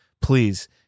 please